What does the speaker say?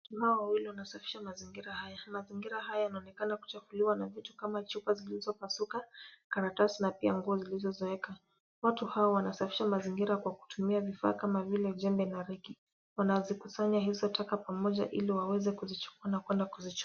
Watu hawa wawili wanasafisha mazingira haya. Mazingira haya yanaonekana kuchafuliwa na kama chupa zilizopasuka, karatasi na pia nguo zilizo zeeka. Watu hawa wanasafisha mazingira kwa kutumia vifaa kama vile jembe na reki. Wanazikusanya hizo taka pamoja ili waweze kuzichukua na kwenda kuzichoma.